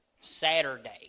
Saturday